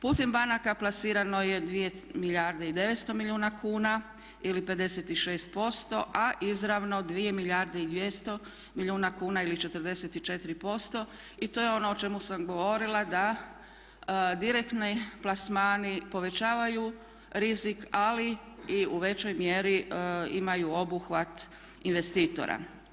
Putem banaka plasirano je 2 milijarde i 900 milijuna kuna ili 56% a izravno 2 milijarde i 200 milijuna kuna ili 44% i to je ono o čemu sam govorila da direktni plasmani povećavaju rizik, ali i u većoj mjeri imaju obuhvat investitora.